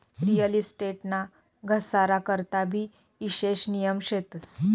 real estate ना घसारा करता भी ईशेष नियम शेतस